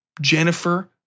jennifer